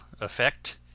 effect